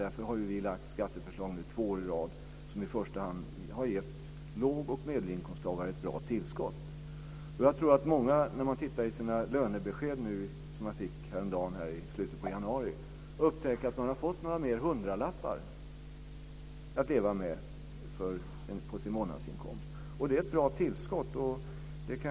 Därför har vi lagt fram skatteförslag två år i rad som i första hand har gett låg och medelinkomsttagare ett bra tillskott. Jag tror att många som har tittat på sina lönebesked som de fick häromdagen upptäckte att de har fått några hundralappar mer att leva med på sin månadsinkomst. Det är ett bra tillskott.